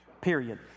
period